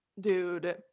Dude